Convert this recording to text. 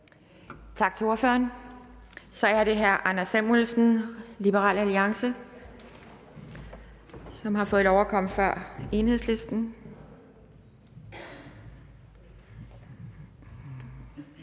Tak til ordføreren. Så er det hr. Anders Samuelsen, Liberal Alliance, som har fået lov at komme før Enhedslisten.